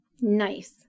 Nice